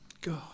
God